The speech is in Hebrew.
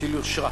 שהיא יושרה.